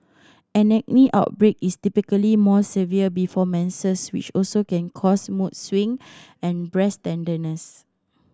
an acne outbreak is typically more severe before menses which can also cause mood swing and breast tenderness